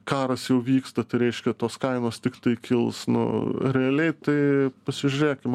karas jau vyksta tai reiškia tos kainos tiktai kils nu realiai tai pasižiūrėkim